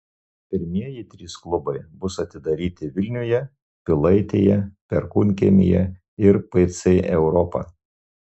pirmieji trys klubai bus atidaryti vilniuje pilaitėje perkūnkiemyje ir pc europa